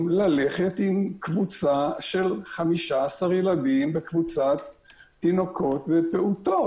ללכת עם קבוצה של 15 ילדים בקבוצת תינוקות ופעוטות.